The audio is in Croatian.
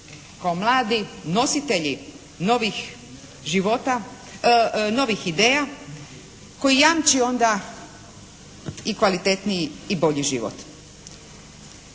kao mladi nositelji novih ideja koji jamči onda i kvalitetniji i bolji život.